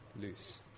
loose